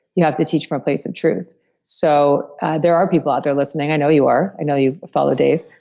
you have to teach from a place of truth so there are people out there listening, i know you are i know you follow dave,